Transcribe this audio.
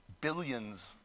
billions